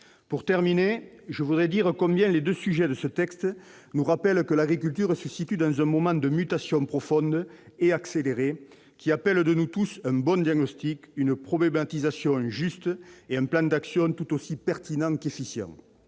territoriale, de justice territoriale. Les deux sujets de ce texte nous rappellent que l'agriculture se situe dans un moment de mutation profonde et accélérée. Cela appelle de notre part à tous un bon diagnostic, une problématisation juste et un plan d'action tout aussi pertinent qu'efficient.